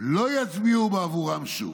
לא יצביעו בעבורם שוב".